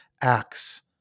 acts